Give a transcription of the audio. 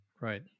right